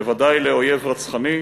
בוודאי לאויב רצחני,